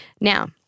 Now